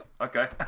Okay